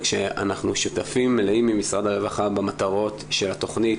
שאנחנו שותפים מלאים עם משרד הרווחה במטרות של התכנית,